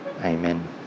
Amen